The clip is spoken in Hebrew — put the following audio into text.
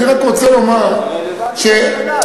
אני רק רוצה לומר, זה רלוונטי לשאלה.